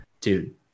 Dude